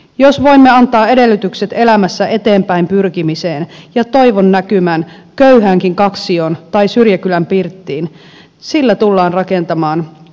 jos voimme antaa edellytykset elämässä eteenpäin pyrkimiselle ja toivon näkymän köyhäänkin kaksioon tai syrjäkylän pirttiin sillä tullaan rakentamaan uusi kasvu